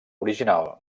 original